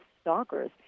stalkers